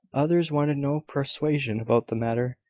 others wanted no persuasion about the matter.